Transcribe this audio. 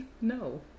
No